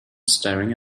staring